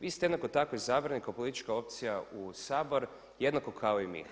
Vi ste jednako tako izabrani kao politička opcija u Sabor, jednako kao i mi.